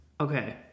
Okay